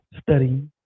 study